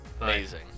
Amazing